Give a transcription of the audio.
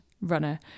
runner